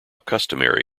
customary